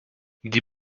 die